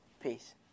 Peace